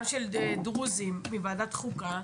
גם של דרוזים מועדת חוקה,